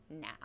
now